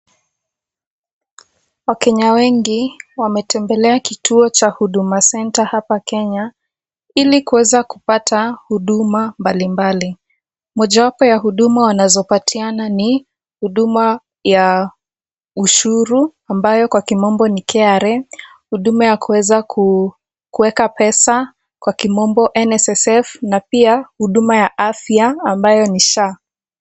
Wakenya wengi, wametembelea kituo cha Huduma Center hapa Kenya, ili kuweza kupata huduma mbalimbali. Mojawapo ya huduma wanazopatiana ni huduma ya ushuru, ambayo kwa kimombo ni KRA, huduma ya kuweza kuweka pesa kwa kimombo NSSF, na pia huduma ya afya ambayo ni SHA.